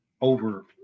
over